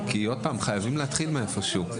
חייבים להתחיל מאיפה שהוא.